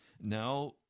Now